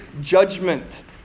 judgment